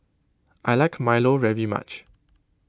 I like Milo very much